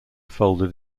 folded